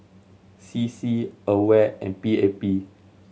C C AWARE and P A P